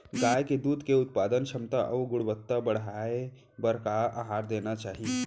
गाय के दूध के उत्पादन क्षमता अऊ गुणवत्ता बढ़ाये बर का आहार देना चाही?